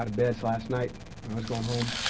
ah beds last night. when i was going home.